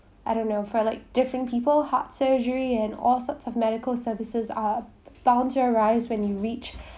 I don't know for like different people heart surgery and all sorts of medical services are bound to arise when you reach